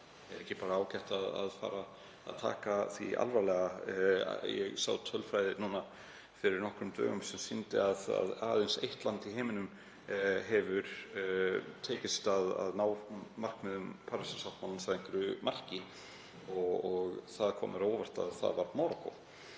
ekki bara ágætt að fara að taka það alvarlega? Ég sá tölfræði fyrir nokkrum dögum sem sýndi að aðeins einu landi í heiminum hefði tekist að ná markmiðum Parísarsáttmálans að einhverju marki. Það kom mér á óvart að sjá að það er Marokkó.